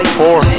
four